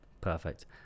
Perfect